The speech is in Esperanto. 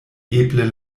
eble